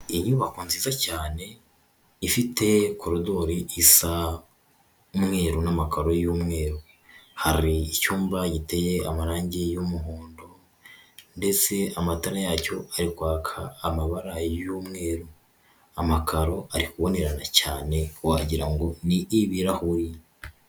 Inyubako nziza cyane ifite korodori isa umweru n'amakaro y'umweru, hari icyumba giteye amarangi y'umuhondo ndetse amatara yacyo ari kwaka amabara y'umweru, amakaro ari kubonerana cyane wagira ngo ni ibirahuri.